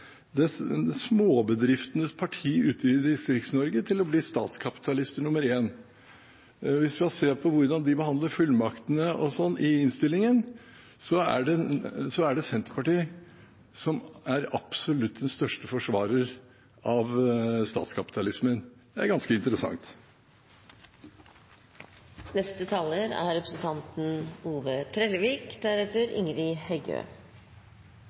småbedriftenes parti ute i Distrikts-Norge til å bli statskapitalist nr. 1. Hvis vi ser på hvordan man behandler fullmaktene m.m. i innstillingen, er det Senterpartiet som er den absolutt største forsvareren av statskapitalismen. Det er ganske